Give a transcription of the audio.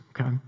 Okay